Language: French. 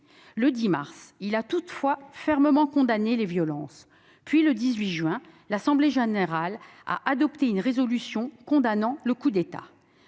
Le 10 mars, il a toutefois fermement condamné les violences. Puis, le 18 juin, l'Assemblée générale a adopté une résolution condamnant le coup d'État.